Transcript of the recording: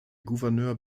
gouverneur